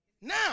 Now